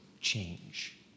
change